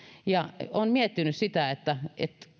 olen miettinyt sitä että